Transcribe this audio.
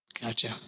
Gotcha